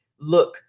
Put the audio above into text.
Look